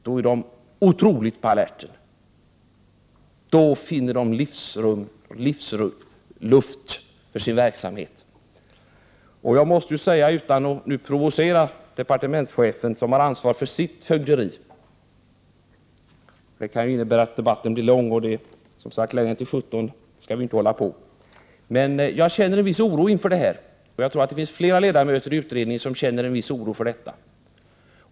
De blir då otroligt på alerten och tycker sig finna livsrum och luft för sin verksamhet. Utan att provocera departementschefen, som har ansvar för sitt fögderi, måste jag säga att jag — liksom fler ledamöter — känner en viss oro inför detta.